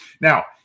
Now